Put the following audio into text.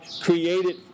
created